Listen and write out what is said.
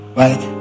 right